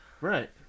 Right